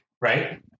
right